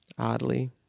Oddly